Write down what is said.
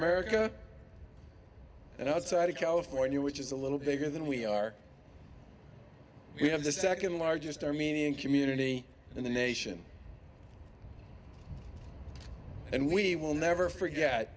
america and outside of california which is a little bigger than we are we have the second largest armenian community in the nation and we will never forget